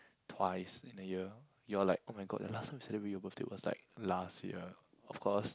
twice in a year you're like [oh]-my-god the last time you celebrate your birthday was like last year of course